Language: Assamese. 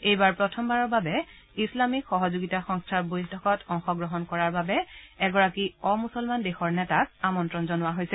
এইবাৰ প্ৰথমবাৰৰ বাবে ইছলামিক সহযোগিতা সংস্থাৰ বৈঠকত অংশগ্ৰহণ কৰাৰ বাবে এগৰাকী অমূছলমান দেশৰ নেতাক আমন্ত্ৰণ জনোৱা হৈছে